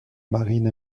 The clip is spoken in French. marine